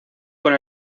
con